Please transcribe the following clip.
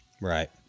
Right